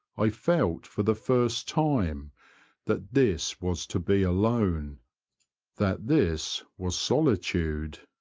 i felt for the first time that this was to be alone that this was solitude.